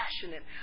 passionate